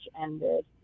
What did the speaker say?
ended